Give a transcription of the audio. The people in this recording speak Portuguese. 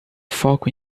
foco